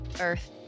earth